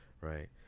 right